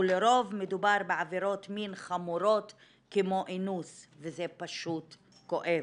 ולרוב מדובר בעבירות מין חמורות כמו אינוס וזה פשוט כואב.